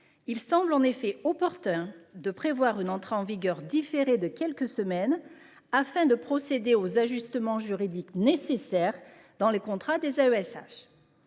Il semble en effet opportun de prévoir une entrée en vigueur différée de quelques semaines, afin de procéder aux ajustements juridiques nécessaires dans les contrats des AESH.